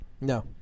No